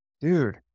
dude